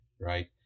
Right